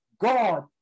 God